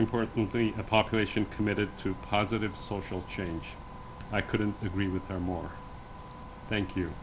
important the population committed to positive social change i couldn't agree with her more thank you